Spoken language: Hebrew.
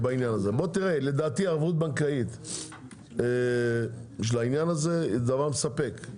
לדעתי, ערבות בנקאית היא דבר מספק.